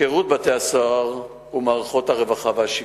שירות בתי-הסוהר ומערכות הרווחה והשיקום.